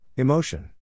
Emotion